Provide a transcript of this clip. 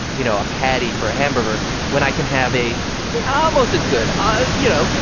you know, a patty for a hamburger when i can have a yeah almost as good ah you know, but